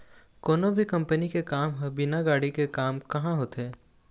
कोनो भी कंपनी के काम ह बिना गाड़ी के काम काँहा होथे